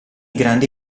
grandi